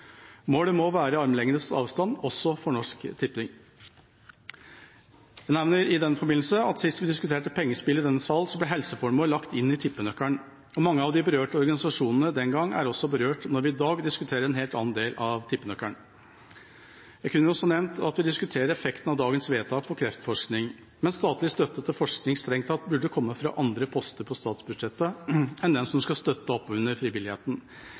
Målet må være armlengdes avstand også for Norsk Tipping. Sist vi diskuterte pengespill i denne sal, ble helseformål lagt inn i tippenøkkelen. Mange av de berørte organisasjonene den gangen er også berørt når vi i dag diskuterer en helt annen del av tippenøkkelen. Jeg kunne også nevnt at vi diskuterer effekten av dagens vedtak for kreftforskning, mens statlig støtte til forskning strengt tatt burde komme fra andre poster på statsbudsjettet enn den som skal støtte opp under frivilligheten.